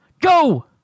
Go